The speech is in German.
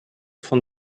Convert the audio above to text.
von